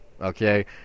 Okay